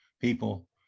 People